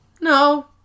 No